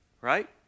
right